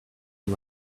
and